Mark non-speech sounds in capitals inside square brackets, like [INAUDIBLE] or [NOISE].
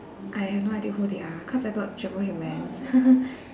I have no idea who they are cause I took triple humans [LAUGHS]